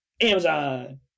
Amazon